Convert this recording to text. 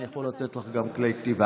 אני יכול לתת לך גם כלי כתיבה.